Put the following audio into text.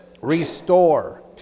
Restore